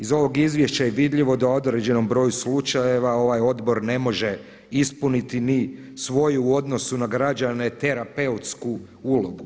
Iz ovog izvješća je vidljivo da u određenom broju slučajeva ovaj odbor ne može ispuniti ni svoju u odnosu na građane terapeutsku ulogu.